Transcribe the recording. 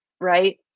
right